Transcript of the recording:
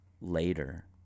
later